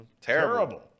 Terrible